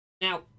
Now